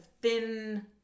thin